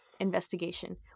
investigation